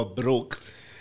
broke